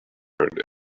and